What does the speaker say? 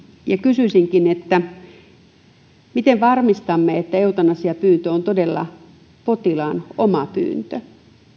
ja kysyisinkin miten varmistamme että eutanasiapyyntö on todella potilaan oma pyyntö